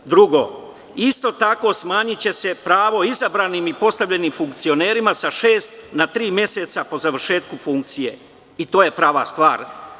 Drugo, isto tako smanjiće se pravo izabranim i postavljenim funkcionerima sa šest na tri meseca po završetku funkcije i to je prava stvar.